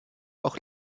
auch